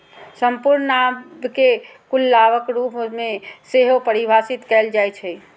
संपूर्ण लाभ कें कुल लाभक रूप मे सेहो परिभाषित कैल जाइ छै